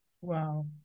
wow